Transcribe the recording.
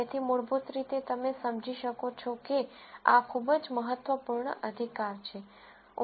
તેથી મૂળભૂત રીતે તમે સમજી શકો છો કે આ ખૂબ જ મહત્વપૂર્ણ અધિકાર છે